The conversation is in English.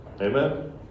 Amen